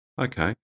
Okay